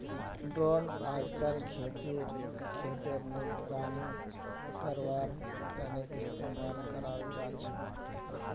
drone अइजकाल खेतेर निगरानी करवार तने इस्तेमाल कराल जाछेक